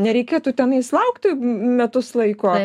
nereikėtų tenais laukti metus laiko